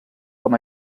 com